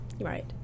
right